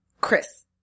Chris